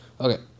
Okay